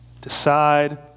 decide